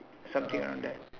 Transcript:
something around there